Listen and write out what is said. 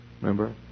Remember